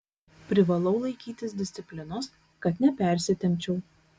privalau laikytis disciplinos kad nepersitempčiau